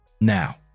Now